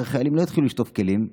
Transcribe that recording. הרי החיילים לא יתחיל לשטוף כלים.